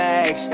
Max